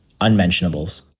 Unmentionables